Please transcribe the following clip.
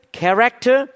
character